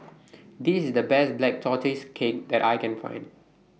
This IS The Best Black Tortoise Cake that I Can Find